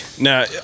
Now